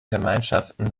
gemeinschaften